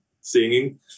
singing